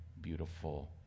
beautiful